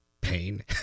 pain